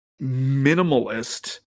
minimalist